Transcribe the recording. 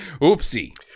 Oopsie